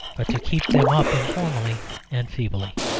but to keep them up informally and feebly.